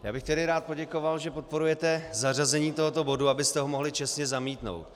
Já bych tedy rád poděkoval, že podporujete zařazení tohoto bodu, abyste ho mohli čestně zamítnout.